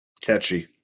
catchy